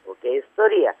tokia istorija